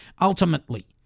ultimately